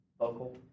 local